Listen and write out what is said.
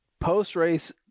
post-race